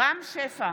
רם שפע,